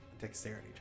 dexterity